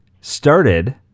started